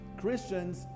Christians